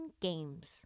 games